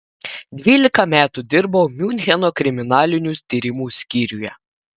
dvylika metų dirbau miuncheno kriminalinių tyrimų skyriuje